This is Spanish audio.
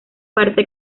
parte